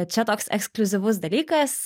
čia toks ekskliuzyvus dalykas